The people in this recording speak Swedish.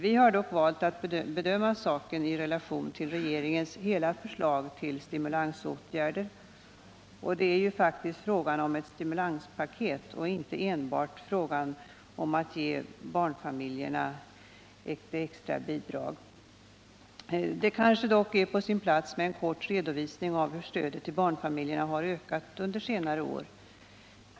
Vi har dock valt att bedöma saken i relation till regeringens hela förslag till stimulansåtgärder. Det är ju faktiskt frågan om ett stimulanspaket och inte enbart fråga om att ge barnfamiljerna ett extra bidrag. Det kanske dock är på sin plats med en kort redovisning av hur stödet till barnfamiljerna har ökat under senare år.